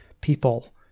people